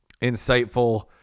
insightful